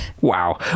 Wow